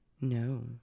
No